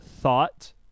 thought